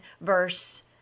verse